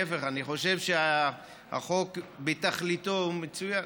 להפך, אני חושב שהחוק, בתכליתו הוא מצוין.